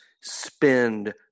spend